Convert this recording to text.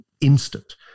instant